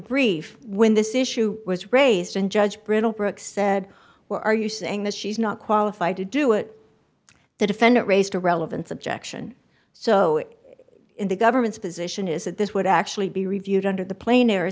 brief when this issue was raised and judge brittle brooks said were are you saying that she's not qualified to do it the defendant raised a relevance objection so it in the government's position is that this would actually be reviewed under the plane or